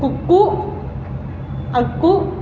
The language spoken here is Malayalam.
കുക്കു അക്കു